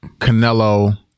Canelo